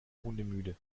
hundemüde